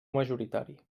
majoritari